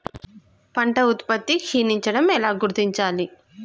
పంట ఉత్పత్తి క్షీణించడం ఎలా గుర్తించాలి?